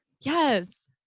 Yes